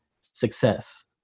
success